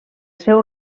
seu